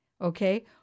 Okay